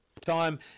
time